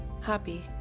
Happy